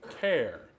care